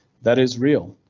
that is real.